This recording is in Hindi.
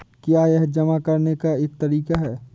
क्या यह जमा करने का एक तरीका है?